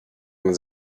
man